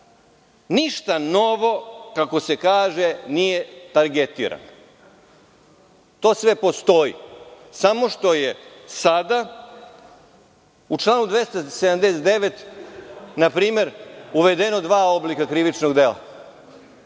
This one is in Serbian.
ništa novo, kako se kaže, nije targetirano. To sve postoji, samo što su sada u članu 279. uvedena dva oblika krivična dela.